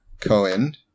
Cohen